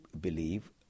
believe